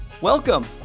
Welcome